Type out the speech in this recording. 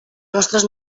nostres